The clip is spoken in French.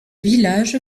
village